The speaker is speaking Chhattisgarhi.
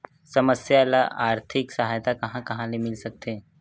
समस्या ल आर्थिक सहायता कहां कहा ले मिल सकथे?